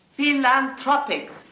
Philanthropics